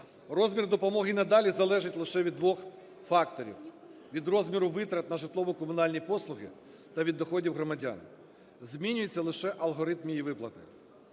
розмір допомоги й надалі залежить лише від двох факторів: від розміру витрат на житлово-комунальні послуги та від доходів громадян. Змінюється лише алгоритм її виплати.